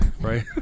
right